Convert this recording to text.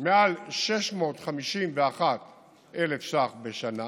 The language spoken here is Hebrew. מעל 651,000 ש"ח בשנה